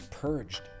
purged